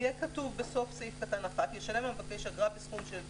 יהיה כתוב בסוף סעיף קטן 1: "ישלם המבקש אגרה בסכום של